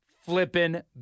Flippin